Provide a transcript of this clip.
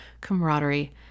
camaraderie